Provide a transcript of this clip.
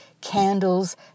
candles